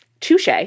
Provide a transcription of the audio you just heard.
touche